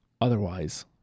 Otherwise